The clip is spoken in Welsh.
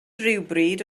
rhywbryd